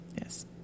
Yes